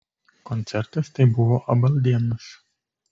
koncertas tai buvo abaldienas